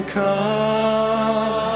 come